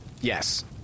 Yes